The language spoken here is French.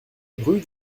rue